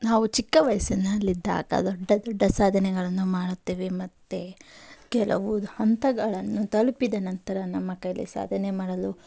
ನಾವು ಚಿಕ್ಕ ವಯಸ್ಸಿನಲ್ಲಿದ್ದಾಗ ದೊಡ್ಡ ದೊಡ್ಡ ಸಾಧನೆಗಳನ್ನು ಮಾಡುತ್ತೇವೆ ಮತ್ತೆ ಕೆಲವು ಹಂತಗಳನ್ನು ತಲುಪಿದ ನಂತರ ನಮ್ಮ ಕೈಲಿ ಸಾಧನೆ ಮಾಡಲು